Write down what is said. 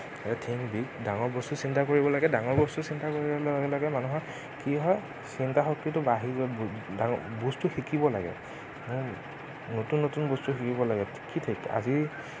think big ডাঙৰ বস্তু চিন্তা কৰিব লাগে ডাঙৰ বস্তু চিন্তা কৰাৰ লগে লগে মানুহৰ কি হয় চিন্তা শক্তিটো বাঢ়ি বস্তু শিকিব লাগে নতুন নতুন বস্তু শিকিব লাগে কি ঠিক আজি